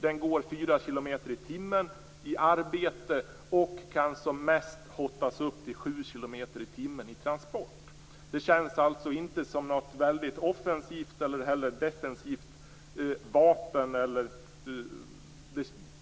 Den går fyra kilometer i timmen i arbete och kan som mest hottas upp till sju kilometer i timmen vid transport. Det känns alltså inte som något väldigt offensivt eller defensivt vapen.